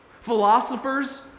Philosophers